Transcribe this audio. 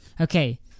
Okay